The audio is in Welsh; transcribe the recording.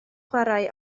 chwarae